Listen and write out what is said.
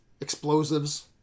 explosives